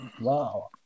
Wow